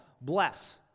Bless